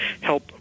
help